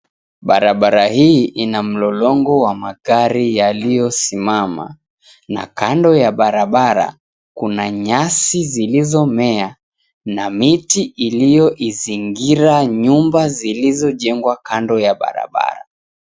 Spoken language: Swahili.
Barabara hii ina mlolongo wa magari yaliyosimama na kando ya barabara kuna nyasi zilizomea na miti iliyoizingira nyumba zilizojengwa kando ya barabara.